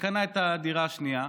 וקנה את הדירה השנייה.